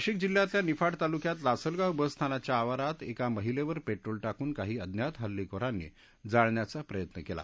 नाशिक जिल्ह्यातल्या निफाड तालुक्यात लासलगाव बसस्थानकाच्या आवारात एका महिलेवर पेट्रोल टाकून काही अज्ञात हल्लेखोरांनी जाळण्याचा प्रयत्न केला